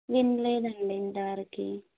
వినలేదండి ఇంతవరకు